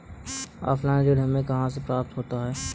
Offline ऋण हमें कहां से प्राप्त होता है?